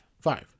Five